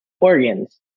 organs